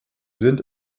sind